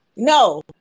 No